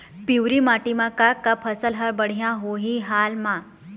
पिवरी माटी म का का फसल हर बढ़िया होही हाल मा?